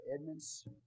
Edmonds